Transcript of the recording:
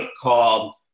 called